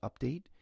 update